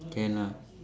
can lah